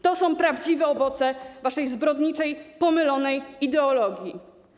To są prawdziwe owoce waszej zbrodniczej, pomylonej ideologii.